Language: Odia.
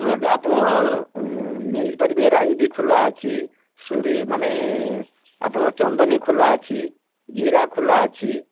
ଆପଣ ନେଇପାରିବେ ରାଇ ବି ଖୋଲା ଅଛି ଶୋରି ମାନେ ଆପଣଙ୍କର ଚନ୍ଦନି ଖୋଲା ଅଛି ଜିରା ଖୋଲା ଅଛି